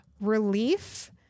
relief